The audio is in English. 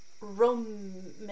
Roman